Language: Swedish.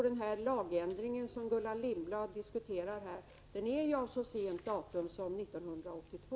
Den lagändring som Gullan Lindblad här diskuterar är av så sent datum som 1982.